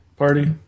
party